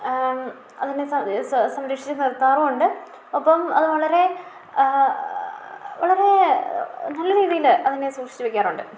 അതിനെ സംരക്ഷിച്ചു നിർത്താറുമുണ്ട് ഒപ്പം അത് വളരെ വളരെ നല്ല രീതിയിൽ അതിനെ സൂക്ഷിച്ചു വെക്കാറുമുണ്ട്